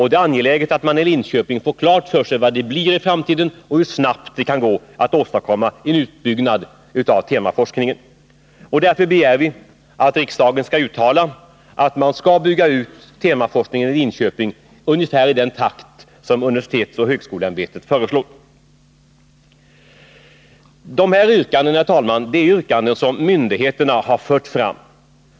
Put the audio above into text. Det är angeläget att man i Linköping får klart för sig vad man har att räkna med i framtiden och hur snabbt det kan gå att åstadkomma en utbyggnad av temaforskningen. Därför begär vi att riksdagen skall uttala att man skall bygga ut temaforskningen i Linköping ungefär i den takt som UHÄ föreslår. Herr talman! Det här är yrkanden som myndigheterna har fört fram.